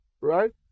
Right